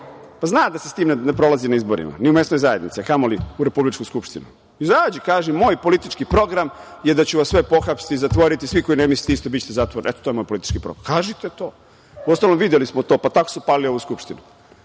Zna da se sa tim ne prolazi na izborima ni u mesnoj zajednici, a kamoli u republičku skupštinu. Izađi, kaži – moj politički program je da ću vas sve pohapsiti i zatvoriti, svi koji ne mislite isto bićete zatvoreni, eto, to je moj politički program. Kažite to. Uostalom, videli smo to, pa tako su palili ovu Skupštinu,